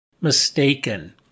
mistaken